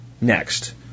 next